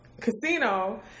Casino